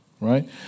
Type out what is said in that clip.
right